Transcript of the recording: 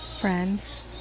friends